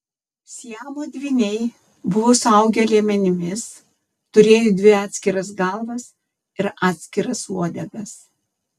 siamo dvyniai buvo suaugę liemenimis turėjo dvi atskiras galvas ir atskiras uodegas